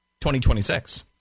2026